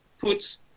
puts